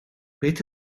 beth